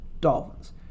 Dolphins